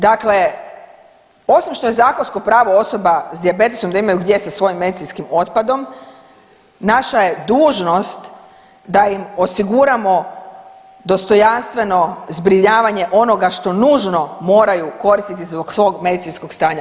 Dakle, osim što je zakonsko pravo osoba s dijabetesom da imaju gdje sa svojim medicinskim otpadom, naša je dužnost da im osiguramo dostojanstveno zbrinjavanje onoga što nužno moraju koristiti zbog svog medicinskog stanja.